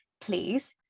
please